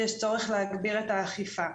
יש צורך להגביר את האכיפה.